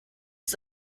ist